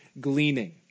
gleaning